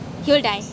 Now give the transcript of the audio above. he will die